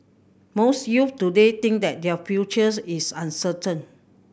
most youths today think that their future is uncertain